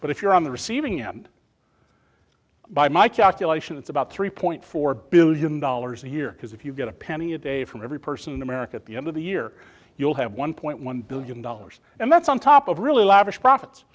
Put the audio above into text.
but if you're on the receiving end by my calculation it's about three point four billion dollars a year because if you get a penny a day from every person in america at the end of the year you'll have one point one billion dollars and that's on top of really lavish profits